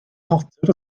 potter